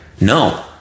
no